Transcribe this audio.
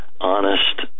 honest